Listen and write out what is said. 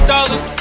Dollars